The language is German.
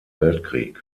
weltkrieg